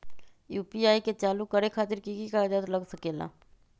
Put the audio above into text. UPI के चालु करे खातीर कि की कागज़ात लग सकेला?